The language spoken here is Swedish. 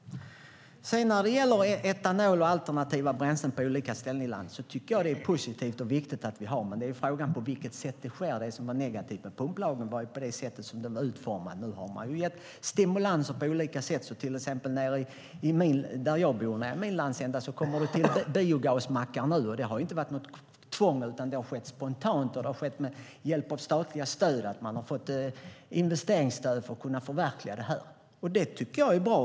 När det gäller etanol och alternativa bränslen på olika ställen i landet tycker jag att det är positivt och viktigt att vi har detta, men frågan är på vilket sätt det sker. Det som var negativt med pumplagen var det sätt den var utformad på. Nu har man gett stimulanser på olika sätt. I den landsända där jag bor kommer det till biogasmackar nu. Det har inte varit något tvång, utan det har skett spontant med hjälp av statliga stöd. Man har fått investeringsstöd för att kunna förverkliga det här. Det tycker jag är bra.